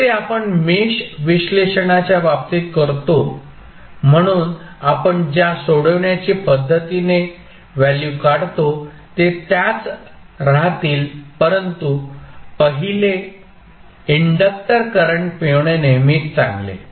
जसे आपण मेश विश्लेषणाच्या बाबतीत करतो म्हणून आपण ज्या सोडवण्याची पद्धतीने व्हॅल्यू काढतो ते त्याच राहतील परंतु पहिले इंडक्टर करंट मिळविणे नेहमीच चांगले